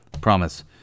Promise